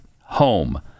home